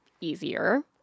easier